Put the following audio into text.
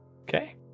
Okay